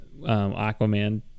Aquaman